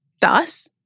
thus